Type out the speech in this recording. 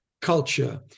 culture